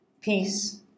peace